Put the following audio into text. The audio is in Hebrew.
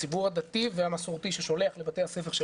ה ציבור הדתי והמסורתי ששולח לבתי הספר של